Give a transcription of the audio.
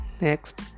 next